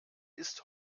ist